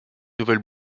nouvelle